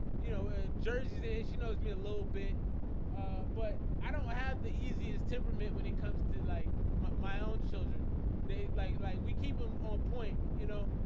you know ah jerseys and she knows me a little bit but i don't have the easiest temperament when it comes to like my own children they like like we keep them on point, you know,